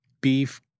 Beef